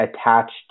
attached